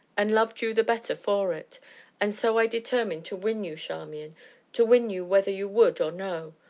and loved you the better for it and so i determined to win you, charmian to win you whether you would or no.